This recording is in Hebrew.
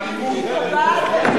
אלימות, אלימות.